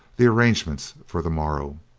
the arrangements for the morrow.